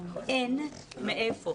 אין מאיפה.